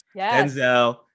Denzel